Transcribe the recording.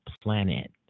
planet